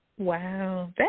Wow